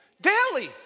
Daily